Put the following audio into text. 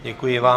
Děkuji vám.